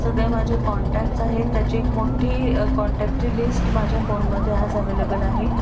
सगळे माझे कॉन्टॅक्ट्स आहेत त्याची एक मोठी कॉन्टॅक्टची लिस्ट माझ्या फोनमध्ये आज अवेलेबल आहे